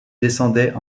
descendaient